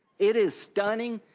it is stunning,